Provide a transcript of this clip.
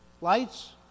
lights